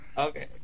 Okay